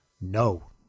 No